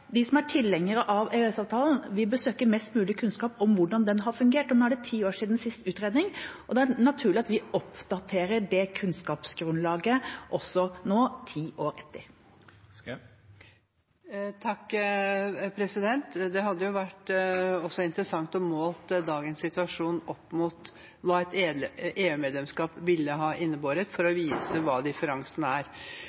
som er tilhengere av EØS-avtalen, bør søke mest mulig kunnskap om hvordan den har fungert. Nå er det ti år siden siste utredning, og da er det naturlig at vi oppdaterer det kunnskapsgrunnlaget – også nå, ti år etter. Det hadde vært interessant også å måle dagens situasjon opp mot hva et EU-medlemskap ville innebåret, for å